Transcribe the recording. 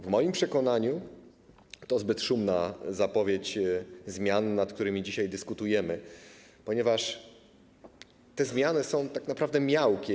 W moim przekonaniu to zbyt szumna zapowiedź zmian, nad którymi dzisiaj dyskutujemy, ponieważ te zmiany są tak naprawdę miałkie.